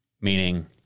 meaning